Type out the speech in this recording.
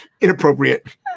Inappropriate